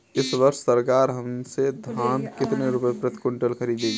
इस वर्ष सरकार हमसे धान कितने रुपए प्रति क्विंटल खरीदेगी?